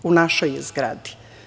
U našoj je zgradi.